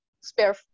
spare